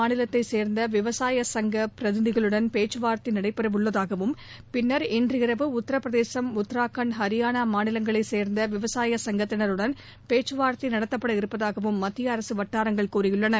மாநிலத்தை சேர்ந்த விவசாய சங்க பிரதிநிதிகளுடன் பேச்சுவார்த்தை முதலில் பஞ்சாப் நடைபெறுவதாகவும் பின்னர் இன்று இரவு உத்தரப் பிரதேசம் உத்தரகாண்ட் ஹரியானா மாநிலங்களை சேர்ந்த விவசாய சங்கத்தினருடன் பேச்சவார்த்தை நடத்தப்பட இருப்பதாகவும் மத்திய அரசு வட்டாரங்கள் தெரிவித்துள்ளன